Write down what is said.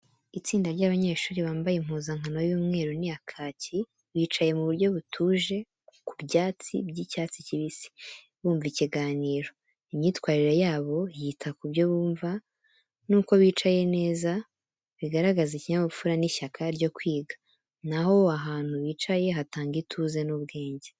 Itsinda ry’abanyeshuri bambaye impuzankano y’umweru n’iya kaki, bicaye mu buryo butuje ku byatsi by’icyatsi kibisi, bumva ikiganiro. Imyitwarire yabo yita ku byo bumva n’uko bicaye neza bigaragaza ikinyabupfura n’ishyaka ryo kwiga, naho ahantu bicaye hatanga ituze n’ubwenge.